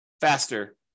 faster